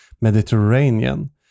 mediterranean